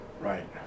Right